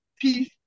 peace